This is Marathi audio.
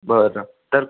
बरं तर